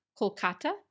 Kolkata